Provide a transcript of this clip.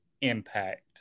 impact